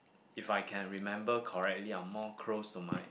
if I can remember correctly I'm more close to my